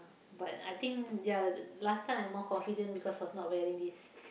ah but I think ya the last time I more confident because of not wearing this